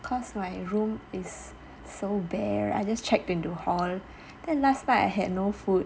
cause my room is so bare I just checked into hall then last night I had no food